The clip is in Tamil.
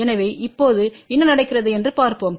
எனவே இப்போது என்ன நடக்கிறது என்று பார்ப்போம்